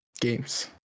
games